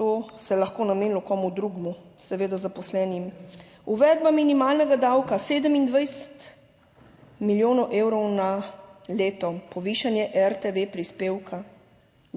to se lahko namenilo komu drugemu, seveda zaposlenim. Uvedba minimalnega davka, 27 milijonov evrov na leto. Povišanje RTV prispevka,